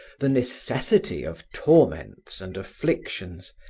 the necessity of torments and afflictions,